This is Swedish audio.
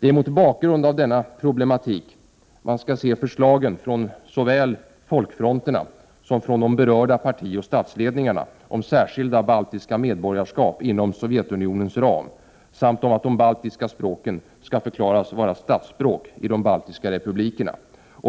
Det är mot bakgrund av denna problematik man skall se förslagen från såväl folkfronterna som de berörda partioch statsledningarna om särskilda baltiska medborgarskap inom Sovjetunionens ram samt om att de baltiska språken skall förklaras vara statsspråk i de baltiska republikerna.